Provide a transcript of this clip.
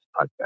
podcast